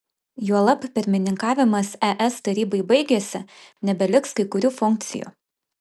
juolab pirmininkavimas es tarybai baigėsi nebeliks kai kurių funkcijų